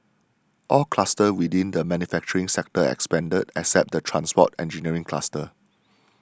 all clusters within the manufacturing sector expanded except the transport engineering cluster